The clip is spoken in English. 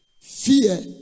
Fear